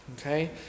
Okay